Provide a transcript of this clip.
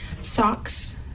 Socks